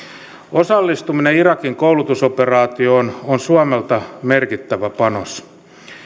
osallistuminen irakin koulutusoperaatioon on suomelta merkittävä panos